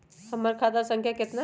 हमर खाता संख्या केतना हई?